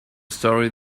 story